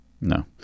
No